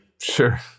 Sure